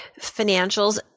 financials